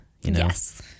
Yes